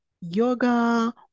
yoga